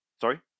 Sorry